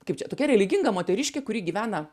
kaip čia tokia religinga moteriškė kuri gyvena